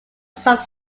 sub